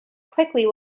quickly